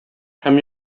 һәм